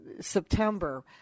September